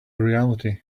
reality